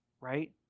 Right